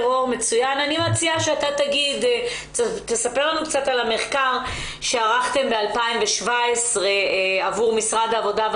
אני מציעה שאתה תספר לנו קצת על המחקר שערכתם ב2017 עבור משרד העבודה,